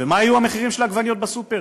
ומה יהיו המחירים של העגבניות בסופר?